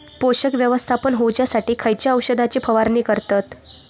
पोषक व्यवस्थापन होऊच्यासाठी खयच्या औषधाची फवारणी करतत?